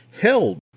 held